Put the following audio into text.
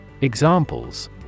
Examples